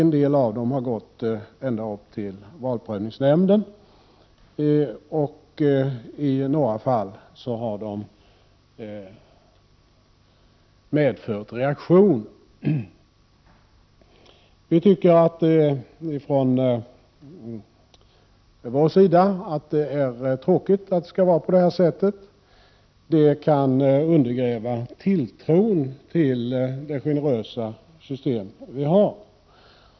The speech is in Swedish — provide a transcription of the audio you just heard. Några av dem har gått ända upp till valprövningsnämnden. I några fall har de medfört reaktion. Vi tycker från vår sida att det är tråkigt att det skall vara på det här sättet. Det kan undergräva tilltron till vårt generösa system.